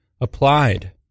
applied